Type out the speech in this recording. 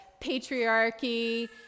patriarchy